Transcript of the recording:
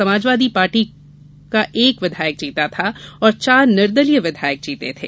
समाजवादी पार्टी का एक विधायक जीता था और चार निर्दलीय विधायक जीते थे